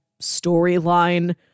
storyline